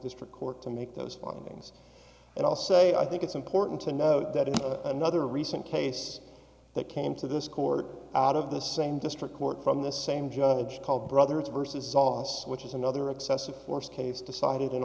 district court to make those findings and i'll say i think it's important to note that in another recent case that came to this court out of the same district court from the same judge called brothers vs sauce which is another excessive force case decided in